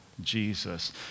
Jesus